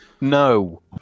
No